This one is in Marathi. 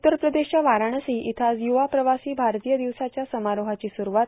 उत्तर प्रदेशच्या वाराणसी इथं आज युवा प्रवासी भारतीय दिवसाच्या समारोहाची सुरूवात